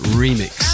remix